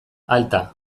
alta